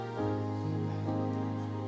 Amen